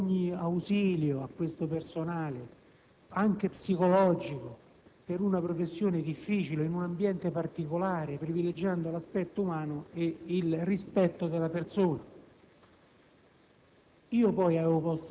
quindi, di dare ogni ausilio a questo personale, anche psicologico, per una professione difficile, svolta in un ambiente particolare, privilegiando l'aspetto umano e il rispetto della persona.